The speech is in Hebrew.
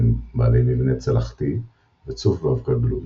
בעלי מבנה צלחתי וצוף ואבקה גלויים,